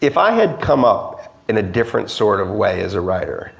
if i had come up in a different sort of way as a writer